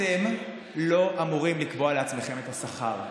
אתם לא אמורים לקבוע לעצמכם את השכר.